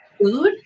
food